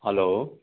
hello